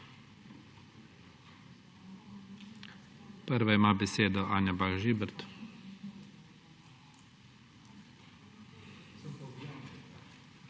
Prva ima besedo Anja Bah Žibert.